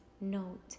note